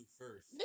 first